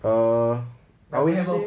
err 读书